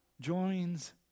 joins